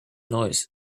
noise